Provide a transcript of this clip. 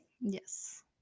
yes